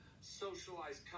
socialized